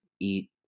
Eat